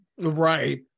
Right